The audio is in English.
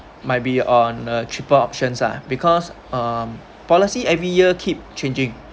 might be on a cheaper options ah because um policy every year keep changing